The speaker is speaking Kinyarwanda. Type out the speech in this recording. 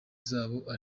z’abo